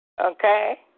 Okay